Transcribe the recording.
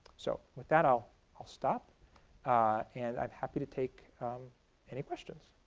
so with that i'll i'll stop and i'm happy to take any questions.